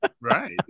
right